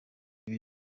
ibi